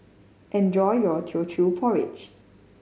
enjoy your Teochew Porridge